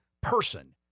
person